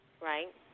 right